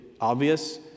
obvious